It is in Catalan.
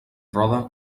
rode